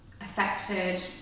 affected